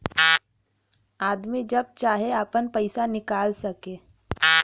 आदमी जब चाहे आपन पइसा निकाल सके